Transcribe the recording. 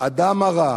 הדם הרע,